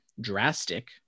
drastic